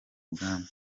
bwami